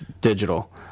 digital